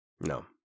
No